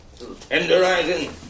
tenderizing